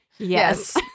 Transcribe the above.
yes